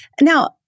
Now